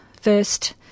First